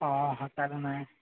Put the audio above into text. ହଁ ହ ତାହେଲେ ନାଇଁ